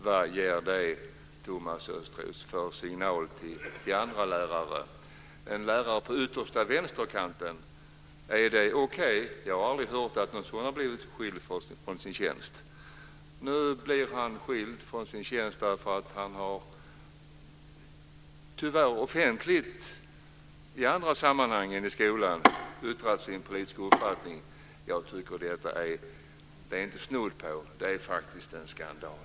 Vad ger det, Thomas Östros, för signal till andra lärare? Är det okej med en lärare på den yttersta vänsterkanten? Jag har aldrig hört att en sådan har blivit skild från sin tjänst. Nu blir han skild från sin tjänst eftersom han tyvärr offentligt i andra sammanhang än i skolan har yttrat sin politiska uppfattning. Jag tycker att detta inte bara är snudd på en skandal. Det är faktiskt en skandal!